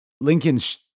Lincoln's